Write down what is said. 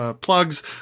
plugs